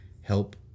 help